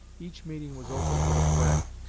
each meeting was opened with a prayer.